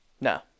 No